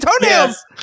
toenails